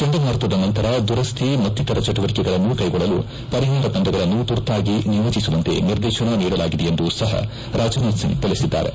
ಚಂಡಮಾರುತದ ನಂತರ ದುರಸ್ತಿ ಮತ್ತಿತರ ಚಟುವಟಿಕೆಗಳನ್ನು ಕ್ಲೆಗೊಳ್ಳಲು ಪರಿಹಾರ ತಂಡಗಳನ್ನು ತುರ್ತಾಗಿ ನಿಯೋಜಿಸುವಂತೆ ನಿರ್ದೇಶನ ನೀಡಲಾಗಿದೆ ಎಂದು ಸಹ ರಾಜನಾಥ್ ಸಿಂಗ್ ತಿಳಿಸಿದ್ದಾರೆ